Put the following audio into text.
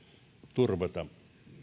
turvata